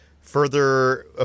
further